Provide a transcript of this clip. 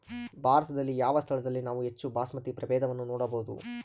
ಭಾರತದಲ್ಲಿ ಯಾವ ಸ್ಥಳದಲ್ಲಿ ನಾವು ಹೆಚ್ಚು ಬಾಸ್ಮತಿ ಪ್ರಭೇದವನ್ನು ನೋಡಬಹುದು?